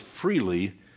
freely